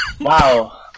Wow